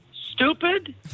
stupid